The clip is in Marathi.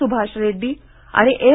सुभाष रेड्डी आणि एम